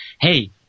hey